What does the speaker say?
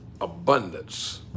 Abundance